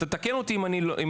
תתקן אותי אם אני טועה.